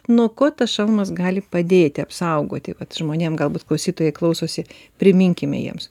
nuo ko tas šalmas gali padėti apsaugoti vat žmonėm galbūt klausytojai klausosi priminkime jiems